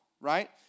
right